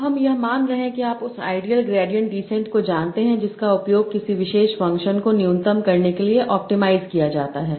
अब हम यह मान रहे हैं कि आप उस आइडियल ग्रेडिएंट डिसेंट को जानते हैं जिसका उपयोग किसी विशेष फंक्शन को न्यूनतम करने के लिए ऑप्टिमाइज़ किया जाता है